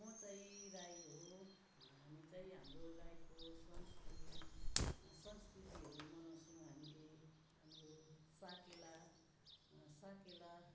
म चाहिँ राई हो हामी चाहिँ हाम्रो राईको संस्कृत संस्कृतिहरू मनाउँछौँ हामीले हाम्रो साकेला साकेला